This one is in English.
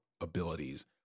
abilities